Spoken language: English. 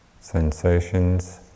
sensations